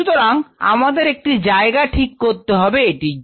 সুতরাং আমাদের একটি জায়গা ঠিক করতে হবে এটি জন্য